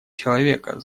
человека